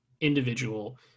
individual